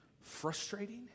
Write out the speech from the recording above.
frustrating